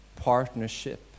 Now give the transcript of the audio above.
partnership